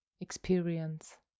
experience